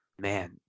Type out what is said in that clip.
man